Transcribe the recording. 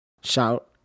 Shout